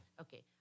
Okay